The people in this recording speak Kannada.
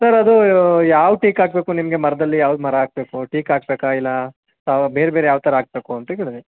ಸರ್ ಅದು ಯಾವ ಟೀಕ್ ಹಾಕ್ಬೇಕು ನಿಮಗೆ ಮರದಲ್ಲಿ ಯಾವ್ದು ಮರ ಹಾಕ್ಬೇಕು ಟೀಕ್ ಹಾಕ್ಬೇಕ ಇಲ್ಲ ಬೇರೆ ಬೇರೆ ಯಾವ ಥರ ಹಾಕ್ಬೇಕು ಅಂತ ಕೇಳಿದೆ